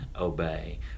obey